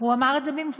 הוא אמר את זה במפורש.